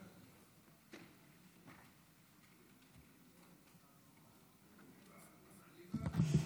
אדוני,